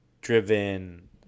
driven